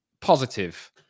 positive